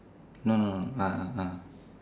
no no no ah ah ah